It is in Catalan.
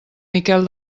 miquel